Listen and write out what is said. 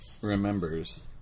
remembers